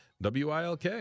WILK